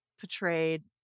portrayed